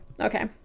Okay